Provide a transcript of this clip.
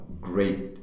great